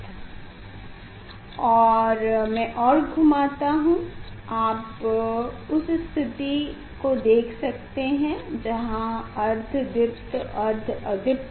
यदि मैं और घूमाता हूँ आप उस स्थिति को देख सकते हैं जहाँ अर्ध दीप्त और अर्ध अदीप्त